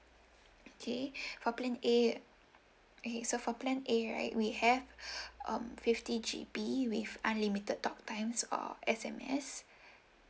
okay for plan A okay so for plan A right we have um fifty G_B with unlimited talk times or S_M_S